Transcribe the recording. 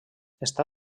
està